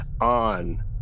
on